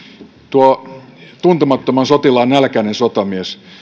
tuo tuntemattoman sotilaan nälkäinen sotamies